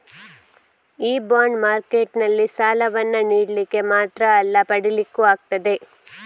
ಈ ಬಾಂಡ್ ಮಾರ್ಕೆಟಿನಲ್ಲಿ ಸಾಲವನ್ನ ನೀಡ್ಲಿಕ್ಕೆ ಮಾತ್ರ ಅಲ್ಲ ಪಡೀಲಿಕ್ಕೂ ಆಗ್ತದೆ